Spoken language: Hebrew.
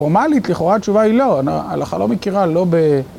פורמלית לכאורה התשובה היא לא, אנחנו לא מכירה, לא ב...